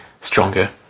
stronger